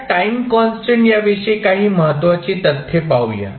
आता time constant या विषयी काही महत्त्वाची तथ्ये पाहूया